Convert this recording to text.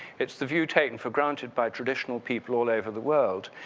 it's the view taken for granted by traditional people all over the world,